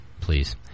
please